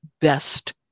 best